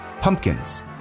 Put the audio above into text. pumpkins